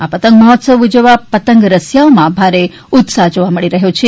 આ પતંગ મહોત્સવ ઉજવવા પતંગ રસિયાઓ માં ભારે ઉત્સાહ જોવા મળી રહ્યો છે